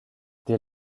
dès